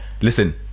Listen